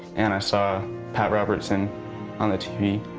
and i saw pat robertson on the tv,